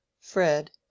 Fred